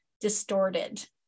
distorted